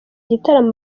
gitaramo